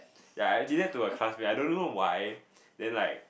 ya I did that to a classmate I don't know why then like